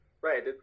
Right